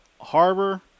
Harbor